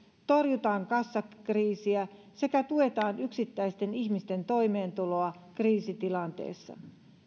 torjutaan kassakriisiä sekä tuetaan yksittäisten ihmisten toimeentuloa kriisitilanteessa